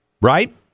right